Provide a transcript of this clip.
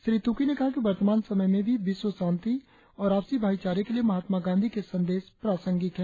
श्री तुकी ने कहा कि वर्तमान समय में भी विश्व शांति और आपसी भाईचारे के लिए महात्मा गांधी के संदेश प्रासंगिंक है